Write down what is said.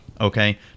Okay